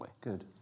Good